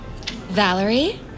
Valerie